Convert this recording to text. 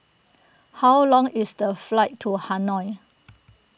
how long is the flight to Hanoi